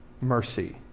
Mercy